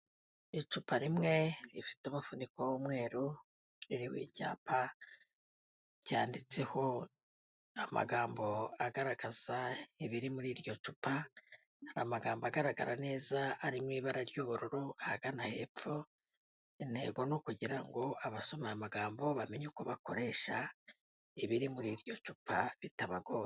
Icupa rimwe rifite umufuniko w'umweru ririho icyapa cyanditseho amagambo agaragaza ibiri muri iryo cupa, amagambo agaragara neza ari mu ibara ry'ubururu ahagana hepfo. intego ni ukugira ngo abasoma aya magambo bamenye uko bakoresha ibiri muri iryo cupa bitabagoye.